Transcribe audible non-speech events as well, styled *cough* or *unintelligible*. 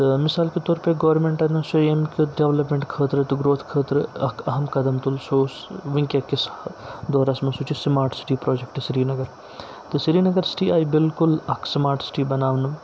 تہٕ مِثال کے طور پے گورمِنٹَن *unintelligible* ڈٮ۪ولَپمٮ۪نٹ خٲطرٕ تہٕ گروتھ خٲطرٕ اَکھ اہم قدم تُل سُہ اوس وٕنکٮ۪کِس دورَس منٛز سُہ چھُ سِماٹ سِٹی پروجَکٹ سرینگر تہٕ سرینَگر سِٹی آیہِ بالکُل اَکھ سٕماٹ سِٹی بَناونہٕ